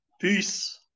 peace